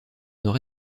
nord